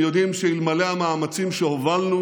הם יודעים שאלמלא המאמצים שהובלנו,